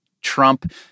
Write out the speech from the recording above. Trump—